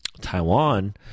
Taiwan